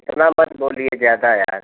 इतना मत बोलिए ज़्यादा यार